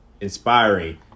Inspiring